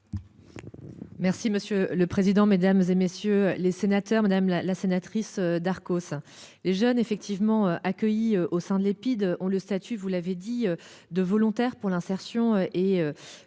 Merci monsieur le président, Mesdames, et messieurs les sénateurs, madame la la sénatrice Darcos. Les jeunes effectivement accueilli au sein de l'Epide ont le statut, vous l'avez dit de volontaires pour l'insertion et le volontaire